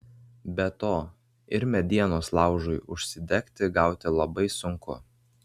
be to ir medienos laužui užsidegti gauti labai sunku